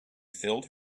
filled